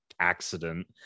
accident